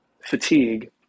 fatigue